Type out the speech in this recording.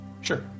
Sure